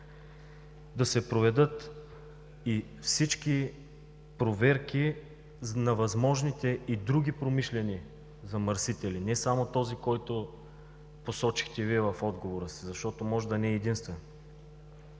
да се проведат и всички проверки на възможните и други промишлени замърсители – не само този, който посочихте Вие в отговора си, защото може да не е единствен.